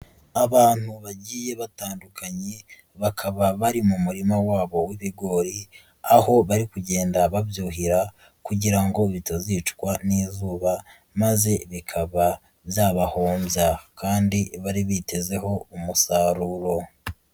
Abantu bagiye batandukanye, bakaba bari mu murima wabo w'ibigori, aho bari kugenda babyuhira kugira ngo bitazicwa n'izuba, maze bikaba byabahombya, kandi bari bitezeho umusaruro.